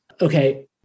okay